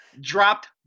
Dropped